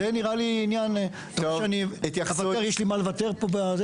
זה נראה לי כמו עניין שיש לי מה לוותר עבורו,